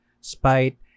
spite